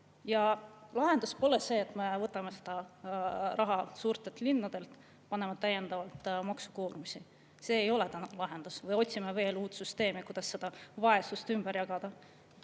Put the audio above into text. Ja lahendus pole see, et me võtame raha suurtelt linnadelt, paneme täiendavalt maksukoormust – see ei ole lahendus – või otsime veel uut süsteemi, kuidas seda vaesust ümber jagada.